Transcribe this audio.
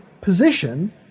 position—